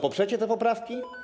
Poprzecie te poprawki?